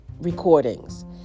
recordings